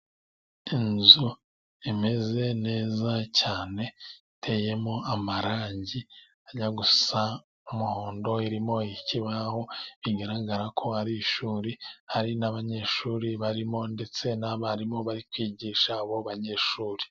Inzu imeze neza cyane, iteyemo amarangi ajya gusa umuhondo, irimo ikibaho bigaragara ko ari ishuri hari n'abanyeshuri, barimo ndetse n'abarimu bari kwigisha abo banyeshuri.